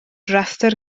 restr